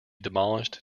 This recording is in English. demolished